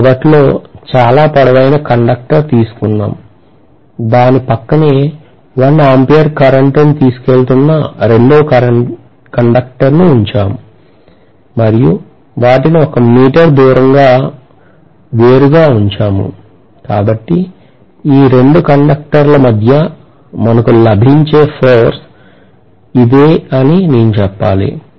మనం మొదట్లో చాలా పొడవైన కండక్టర్ తీసుకున్నాము దాని పక్కనే 1 ఆంపియర్ కరెంట్ను తీసుకెళుతున్న రెండవ కండక్టర్ను ఉంచాము మరియు వాటిని 1 మీటర్ దూరంలో వేరుగా ఉంచాము కాబట్టి ఈ 2 కండక్టర్ల మధ్య మనకు లభించే ఫోర్స్ ఇదే అని నేను చెప్పాలి